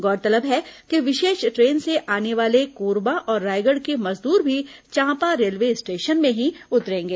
गौरतलब है कि विशेष ट्रेन से आने वाले कोरबा और रायगढ़ के मजदूर भी चांपा रेलवे स्टेशन में ही उतरेंगे